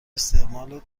استعمال